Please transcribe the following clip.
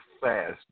fast